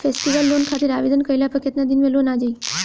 Festival loan खातिर आवेदन कईला पर केतना दिन मे लोन आ जाई?